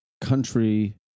country